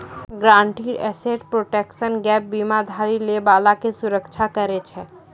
guaranteed asset protection gap बीमा उधारी लै बाला के सुरक्षा करै छै